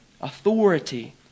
Authority